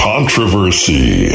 Controversy